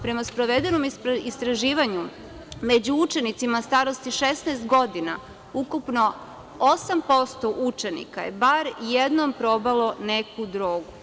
Prema sprovedenom istraživanju među učenicima starosti 16 godina, ukupno 8% učenika je bar jednom probalo neku drogu.